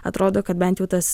atrodo kad bent jau tas